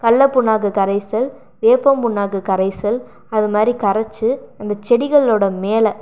கடலை புண்ணாக்கு கரைசல் வேப்பம் புண்ணாக்கு கரைசல் அது மாதிரி கரைத்து அந்த செடிகளோடய மேலே